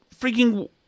freaking